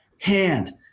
hand